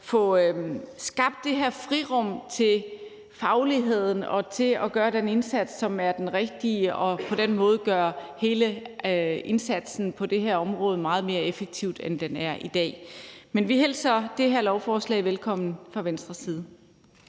få skabt det her frirum til fagligheden og til at gøre den indsats, som er den rigtige, og på den måde gøre hele indsatsen på det her område meget mere effektiv, end den er i dag. Men vi hilser fra Venstres side